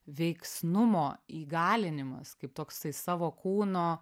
veiksnumo įgalinimas kaip toksai savo kūno